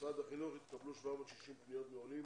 במשרד החינוך התקבלו 760 פניות מעולים